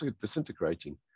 disintegrating